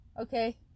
Okay